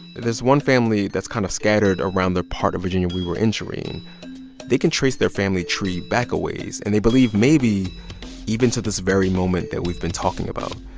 this one family that's kind of scattered around the part of virginia we were entering they can trace their family tree back a ways and, they believe, maybe even to this very moment that we've been talking about.